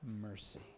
mercy